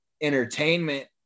entertainment